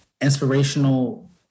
inspirational